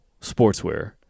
sportswear